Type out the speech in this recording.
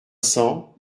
cents